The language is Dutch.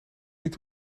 niet